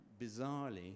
bizarrely